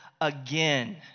again